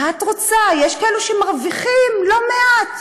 מה את רוצה, יש כאלה שמרוויחים לא מעט.